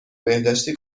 بهداشتی